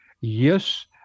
Yes